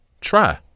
Try